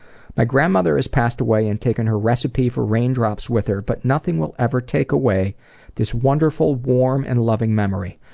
my grandmother has passed away and taken her recipe for raindrops with her, but nothing will ever take away this wonderful warm and loving memory.